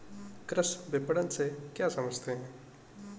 कृषि विपणन से क्या समझते हैं?